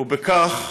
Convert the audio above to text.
ובכך